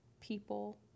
people